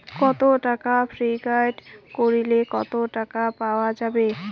কত টাকা ফিক্সড করিলে কত টাকা পাওয়া যাবে?